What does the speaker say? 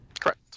Correct